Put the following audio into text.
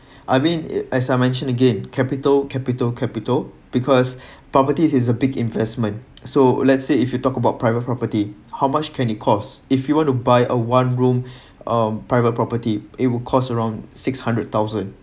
I mean as I mentioned again capital capital capital because properties is a big investment so let's say if you talk about private property how much can it cost if you want to buy a one room um private property it will cost around six hundred thousand